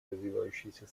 развивающиеся